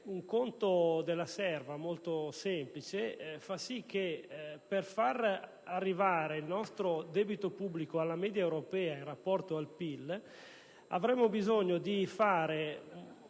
conto della serva, risulta evidente che per far arrivare il nostro debito pubblico alla media europea in rapporto al PIL, avremmo bisogno di